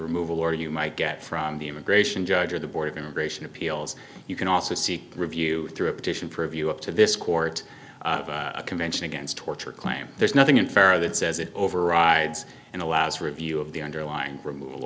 removal or you might get from the immigration judge or the board of immigration appeals you can also seek review through a petition prove you up to this court a convention against torture claim there's nothing unfair that says it overrides and allows review of the underlying removal